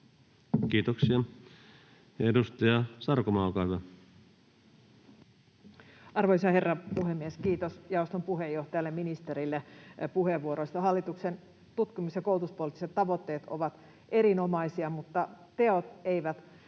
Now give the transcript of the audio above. Kiitoksia. — Edustaja Sarkomaa, olkaa hyvä. Arvoisa herra puhemies! Kiitos jaoston puheenjohtajalle, ministerille puheenvuoroista. Hallituksen tutkimus‑ ja koulutuspoliittiset tavoitteet ovat erinomaisia, mutta teot eivät